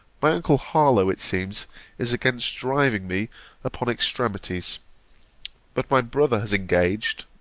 my uncle harlowe it seems is against driving me upon extremities but my brother has engaged,